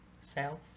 self